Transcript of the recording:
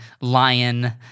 lion